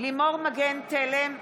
לימור מגן תלם,